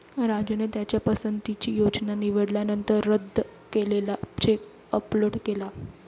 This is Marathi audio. राजूने त्याच्या पसंतीची योजना निवडल्यानंतर रद्द केलेला चेक अपलोड केला